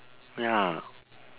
ya